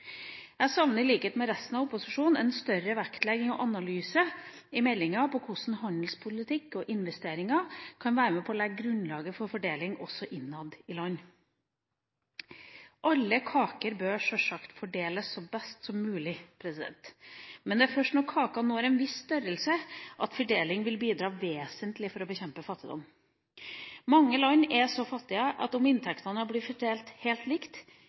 I likhet med resten av opposisjonen savner jeg en større vektlegging og analyse i meldinga av hvordan handelspolitikk og investeringer kan være med på å legge grunnlaget for fordeling også innad i land. Alle kaker bør selvsagt fordeles best mulig, men det er først når kaka når en viss størrelse, at fordeling vil bidra vesentlig til å bekjempe fattigdom. Mange land er så fattige at om inntektene ble fordelt helt likt,